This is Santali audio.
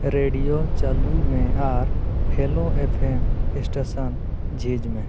ᱨᱮᱰᱤᱭᱳ ᱪᱟᱹᱞᱩᱭ ᱢᱮ ᱟᱨ ᱦᱮᱞᱳ ᱮᱯᱷ ᱮᱢ ᱥᱴᱮᱥᱚᱱ ᱡᱷᱤᱡᱽ ᱢᱮ